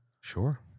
Sure